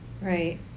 Right